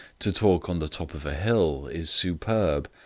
to talk on the top of a hill is superb,